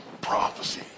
prophecy